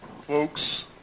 Folks